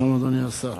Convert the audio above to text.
שלום, אדוני השר,